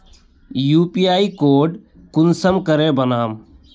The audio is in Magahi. यु.पी.आई कोड कुंसम करे बनाम?